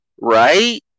right